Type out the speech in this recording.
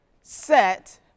set